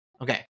okay